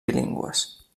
bilingües